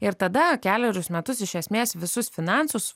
ir tada kelerius metus iš esmės visus finansus